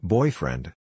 Boyfriend